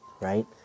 right